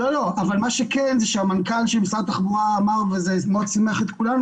מה שהמנכ"ל של משרד התחבורה אמר וזה שימח מאוד את כולנו,